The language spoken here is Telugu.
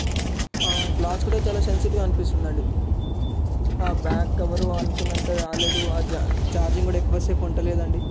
గ్లాస్ కూడా చాలా సెన్సిటివ్గా అనిపిస్తుంది అండి బ్యాక్ కవరు అనుకున్నంత రాలేదు చార్జింగ్ కూడా ఎక్కువ సేపు ఉంటలేదు అండి